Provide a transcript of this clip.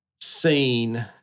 seen